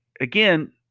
Again